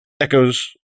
Echoes